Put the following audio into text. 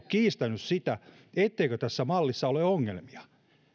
kiistänyt sitä etteikö tässä mallissa ole ongelmia